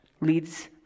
leads